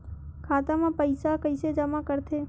खाता म पईसा कइसे जमा करथे?